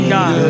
God